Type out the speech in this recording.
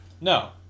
No